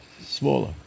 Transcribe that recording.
smaller